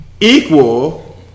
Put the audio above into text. equal